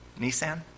Nissan